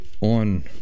on